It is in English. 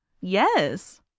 yes